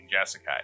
Jessica